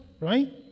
right